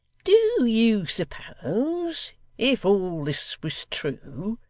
do you suppose if all this was true,